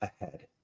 ahead